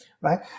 right